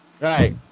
right